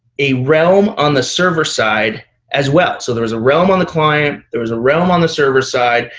a realm on the server side as well. so there was a realm on the client, there was a realm on the server side,